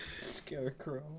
Scarecrow